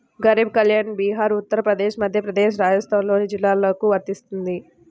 గరీబ్ కళ్యాణ్ బీహార్, ఉత్తరప్రదేశ్, మధ్యప్రదేశ్, రాజస్థాన్లోని జిల్లాలకు వర్తిస్తుంది